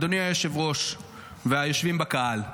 אדוני היושב-ראש והיושבים בקהל.